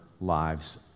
lives